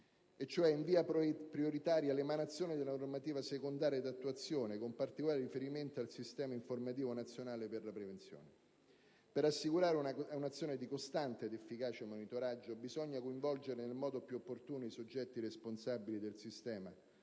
e cioè in via prioritaria l'emanazione della normativa secondaria di attuazione, con particolare riferimento al Sistema informativo nazionale per la prevenzione. Per assicurare una azione di costante ed efficace monitoraggio bisogna coinvolgere nel modo più opportuno i soggetti responsabili del sistema